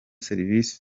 serivisi